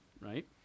right